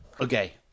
Okay